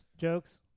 Jokes